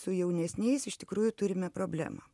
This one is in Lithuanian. su jaunesniais iš tikrųjų turime problemą